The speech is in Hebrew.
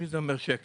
מי זה אומר שקר?